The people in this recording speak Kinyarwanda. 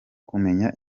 kumenya